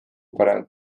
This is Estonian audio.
paremat